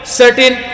certain